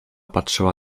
patrzyła